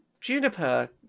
Juniper